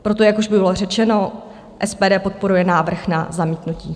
Proto, jak už bylo řečeno, SPD podporuje návrh na zamítnutí.